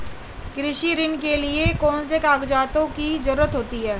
कृषि ऋण के लिऐ कौन से कागजातों की जरूरत होती है?